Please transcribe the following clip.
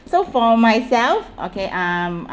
so for myself okay um